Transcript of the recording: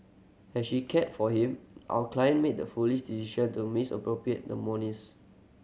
as she cared for him our client made the foolish decision to misappropriate the monies